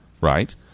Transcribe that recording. right